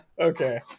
okay